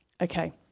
Okay